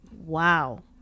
wow